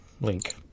link